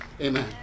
amen